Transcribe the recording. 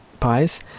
pies